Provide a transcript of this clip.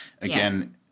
again